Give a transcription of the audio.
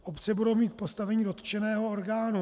Obce budou mít postavení dotčeného orgánu.